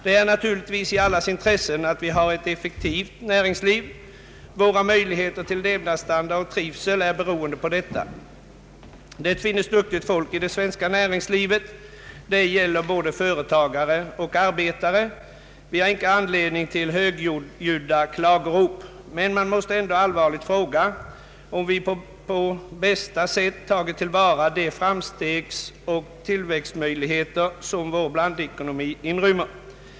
Det ligger naturligtvis i allas intresse att vi har ett effektivt näringsliv. Våra möjligheter till god levnadsstandard och trivsel är beroende på detta. Det finns duktigt folk i det svenska näringslivet — det gäller både företagare och arbetare. Vi har icke anledning till högljudda klagorop, men man måste ändå allvarligt fråga sig om vi på bästa sätt tagit till vara de framstegsoch tillväxtmöjligheter som vår blandekonomi inrymmer.